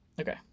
okay